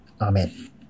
Amen